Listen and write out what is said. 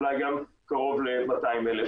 אולי גם קרוב ל-200,000,